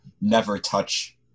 never-touch